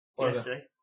yesterday